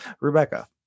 Rebecca